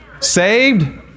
Saved